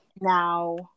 Now